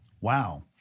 Wow